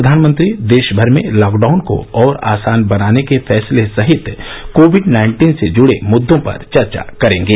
प्रधानमंत्री देशभर में लॉकडाउन को और आसान बनाने के फैसले सहित कोविड नाइन्टीन से जुड़े मुद्दो पर चर्चा करेंगे